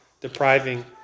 depriving